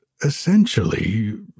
essentially